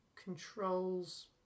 controls